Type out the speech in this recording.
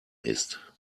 ist